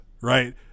right